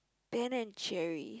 Ben and Jerry